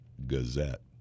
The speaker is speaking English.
Gazette